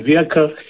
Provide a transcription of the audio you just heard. vehicle